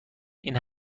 این